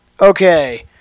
Okay